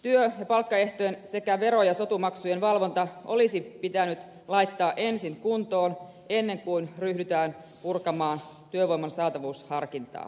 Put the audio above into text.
työ ja palkkaehtojen sekä vero ja sotumaksujen valvonta olisi pitänyt laittaa ensin kuntoon ennen kuin ryhdytään purkamaan työvoiman saatavuusharkintaa